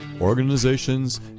organizations